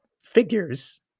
figures